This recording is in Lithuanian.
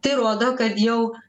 tai rodo kad jau